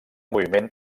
moviment